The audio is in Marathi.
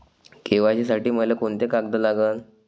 के.वाय.सी साठी मले कोंते कागद लागन?